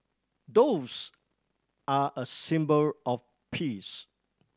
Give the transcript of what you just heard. doves are a symbol of peace